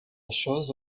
chose